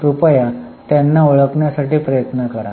कृपया त्यांना ओळखण्यासाठी प्रयत्न करा